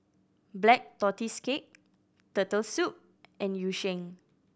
Black Tortoise Cake Turtle Soup and Yu Sheng